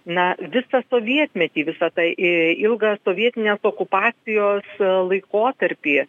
na visą sovietmetį visa tai ėjo į ilgą sovietinės okupacijos laikotarpį